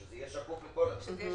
שזה יהיה שקוף לכולם.